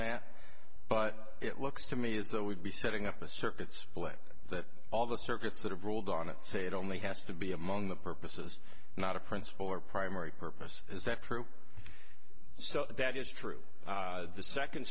that but it looks to me is that we'd be setting up a circuit split that all the circuits that have ruled on it say it only has to be among the purposes not a principal or primary purpose is that true so that is true the second